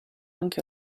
anche